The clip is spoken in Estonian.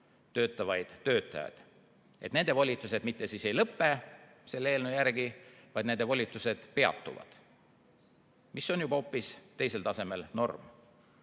töötavaid töötajaid, et nende volitused mitte ei lõpe selle eelnõu järgi, vaid nende volitused peatuvad. See on juba hoopis teisel tasemel norm.